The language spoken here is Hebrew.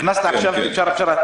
הכנסת עכשיו את בשארה באשראת.